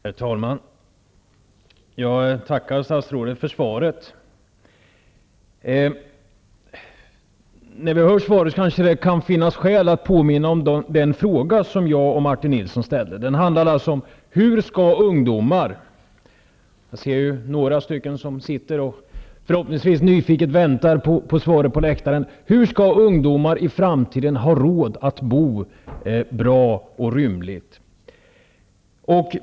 Herr talman! Jag tackar statsrådet för svaret. Det kan med anledning av det finnas skäl att påminna om den fråga som jag och Martin Nilsson ställde. Jag ser att det på läktaren sitter några ungdomar, som förhoppningsvis nyfiket väntar på svaret på den. Vi frågade: Hur skall ungdomar i framtiden ha råd att bo bra och rymligt?